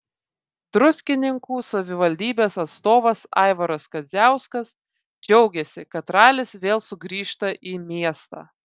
druskininkų savivaldybės atstovas aivaras kadziauskas džiaugėsi kad ralis vėl sugrįžta į miestą